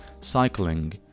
cycling